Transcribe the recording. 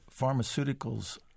pharmaceuticals